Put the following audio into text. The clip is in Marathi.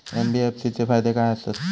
एन.बी.एफ.सी चे फायदे खाय आसत?